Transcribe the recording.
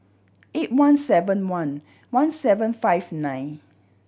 eight one seven one one seven five nine